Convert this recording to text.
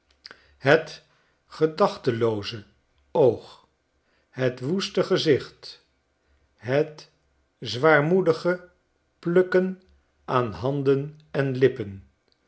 het gedachtelooze oog het woeste gezicht het zwaarmoedige plukken aan handen en lippen